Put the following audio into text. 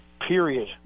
period